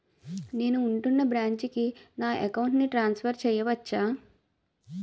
నేను ఉంటున్న బ్రాంచికి నా అకౌంట్ ను ట్రాన్సఫర్ చేయవచ్చా?